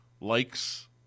likes